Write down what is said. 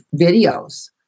videos